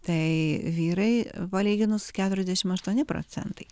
tai vyrai palyginus keturiasdešimt aštuoni procentai